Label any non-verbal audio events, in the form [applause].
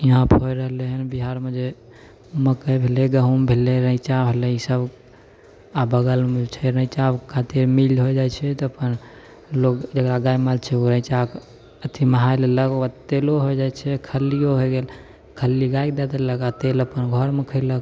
इहाँ पर हो रहलै हन बिहारमे जे मकै भेलै गहुँम भेलै रैचा होलै ईसब आब बगल मे छै रैचा अर खातिर मिल हो जाइ छै तब अप्पन लोग जेकरा गाय माल छै ओ रैचाके अथीमे [unintelligible] ओकर तेलो हो जाइ छै खल्लियो होइ गेल खल्ली गाय के दय देलक आ तेल अपन घर मे खैलक